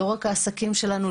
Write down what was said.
לא רק העסקים שלנו,